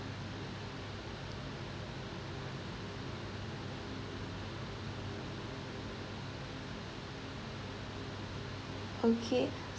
okay